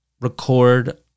record